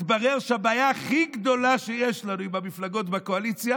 מתברר שהבעיה הכי גדולה שיש לנו עם המפלגות בקואליציה